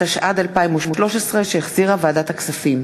התשע"ד 2013, שהחזירה ועדת הכספים.